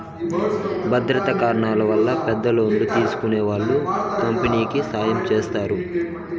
భద్రతా కారణాల వల్ల పెద్ద లోన్లు తీసుకునే వాళ్ళు కంపెనీకి సాయం చేస్తారు